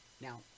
Now